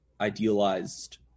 idealized